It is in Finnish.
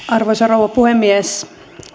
arvoisa rouva puhemies